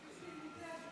אדוני היושב-ראש,